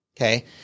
okay